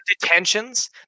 detentions